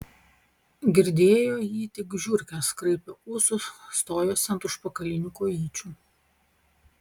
girdėjo jį tik žiurkės kraipė ūsus stojosi ant užpakalinių kojyčių